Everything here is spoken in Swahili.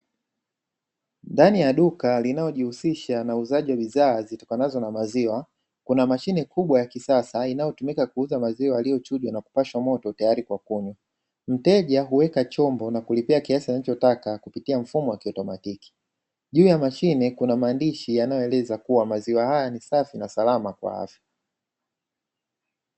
Ndani ya duka linalojihusisha na uuzaji wa bidhaa zitokanazo na maziwa, kuna mashine kubwa ya kisasa inayotumika kuuza maziwa yaliyochujwa na kupashwa moto tayari kwa kunywa. Mteja huweka chombo na kulipia kiasi anachotaka kupitia mfumo wa kiautomatiki. Juu ya mashine kuna maandishi yanayoeleza kuwa maziwa haya ni safi na salama kwa afya.